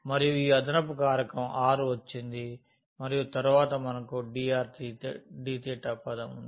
మరియు ఈ అదనపు కారకం r వచ్చింది మరియు తరువాత మనకు dr dθ పదం ఉంది